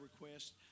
request